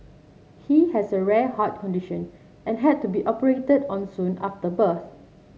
he has a rare heart condition and had to be operated on soon after birth